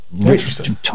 Interesting